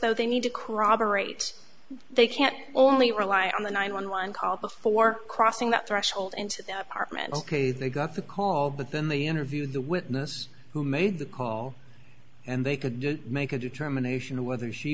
so they need to corroborate they can't only rely on the nine one one call before crossing that threshold into apartment ok they got the call but then they interviewed the witness who made the call and they could make a determination of whether she